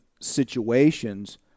situations